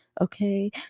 okay